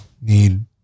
Need